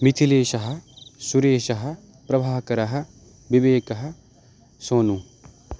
मिथिलेशः सुरेशः प्रभाकरः विवेकः सोनु